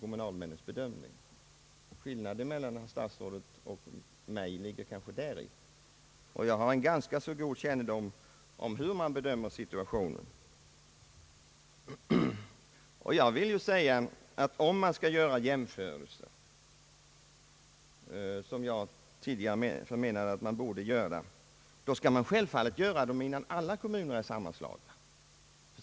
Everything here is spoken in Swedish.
Däri ligger kanske anledningen till skillnaden mellan herr statsrådets och min uppfattning. Jag har en ganska god kännedom om med vilket ansvar man bedömer situationen. Om man skall göra jämförelser, som jag tidigare förmenat att man borde göra, skall man självfallet göra dem innan alla kommuner är sammanslagna till storkommuner.